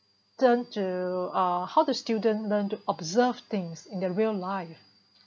turn to uh how the students learn to observe things in their real life